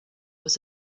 was